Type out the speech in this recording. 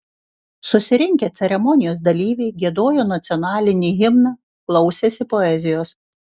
susirinkę ceremonijos dalyviai giedojo nacionalinį himną klausėsi poezijos